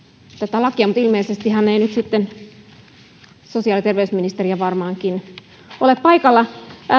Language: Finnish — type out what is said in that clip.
lakia mutta ilmeisesti hän ei nyt sitten sosiaali ja terveysministeri varmaankin ole paikalla